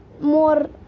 more